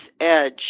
edge